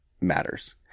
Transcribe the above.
matters